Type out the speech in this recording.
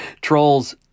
trolls